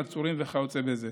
עצורים וכיוצא בזה,